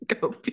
go